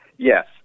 Yes